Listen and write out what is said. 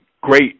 great